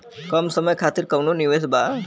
कम समय खातिर कौनो निवेश बा?